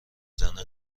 زنه